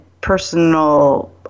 personal